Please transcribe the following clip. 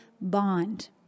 bond